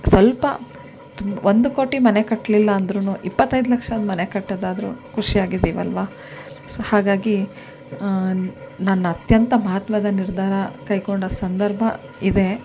ಸ್ವಲ್ಪ ಒಂದು ಕೋಟಿ ಮನೆ ಕಟ್ಟಲಿಲ್ಲ ಅಂದ್ರೂನೂ ಇಪ್ಪತ್ತೈದು ಲಕ್ಷದ ಮನೆ ಕಟ್ಟೋದಾದರೂ ಖುಷಿಯಾಗಿದ್ದೀವಲ್ವ ಸೊ ಹಾಗಾಗಿ ನನ್ನ ಅತ್ಯಂತ ಮಹತ್ವದ ನಿರ್ಧಾರ ಕೈಗೊಂಡ ಸಂದರ್ಭ ಇದೇ